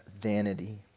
vanity